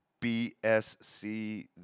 BSC